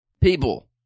people